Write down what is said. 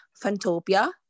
Fantopia